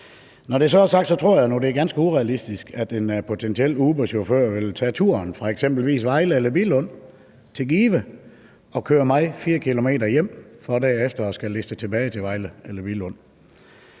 Når det så er sagt, tror jeg nu, det er ganske urealistisk, at en potentiel Uberchauffør ville tage turen fra eksempelvis Vejle eller Billund til Give og køre mig 4 km hjem, for derefter at skulle liste tilbage til Vejle eller Billund.